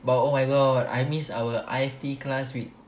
but oh my god I miss our I_F_T class with